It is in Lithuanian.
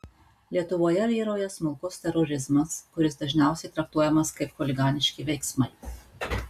lietuvoje vyrauja smulkus terorizmas kuris dažniausiai traktuojamas kaip chuliganiški veiksmai